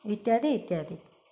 ଇତ୍ୟାଦି ଇତ୍ୟାଦି